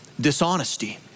dishonesty